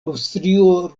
aŭstrio